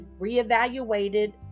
reevaluated